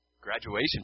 Graduation